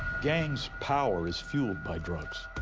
gangs power is fueled by drugs.